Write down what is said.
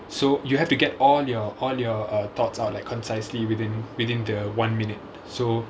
so you have to get all your all your err thoughts out like concisely within within the one minute so